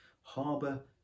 harbour